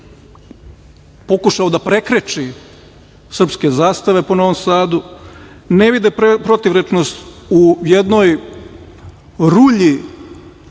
pokušao da prekreči srpske zastave po Novom Sadu. Ne vide protivrečenost u jednoj rulji